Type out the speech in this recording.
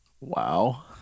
Wow